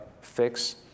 fix